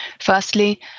Firstly